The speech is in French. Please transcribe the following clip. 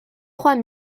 trois